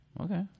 Okay